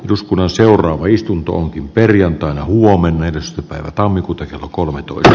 eduskunnan seuraava istuntoon perjantaina huomenna edes se päivä tammikuuta kello kolmetoista